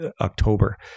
October